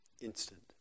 instant